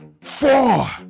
Four